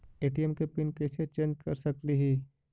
ATM के PIN कैसे change कर सकली ही?